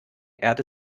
erde